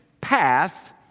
path